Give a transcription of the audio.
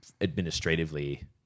administratively